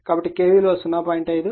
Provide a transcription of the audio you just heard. కాబట్టి K విలువ 0